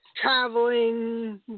traveling